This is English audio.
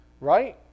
right